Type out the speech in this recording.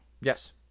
Yes